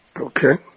Okay